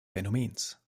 phänomens